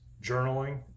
journaling